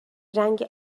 رنگ